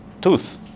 tooth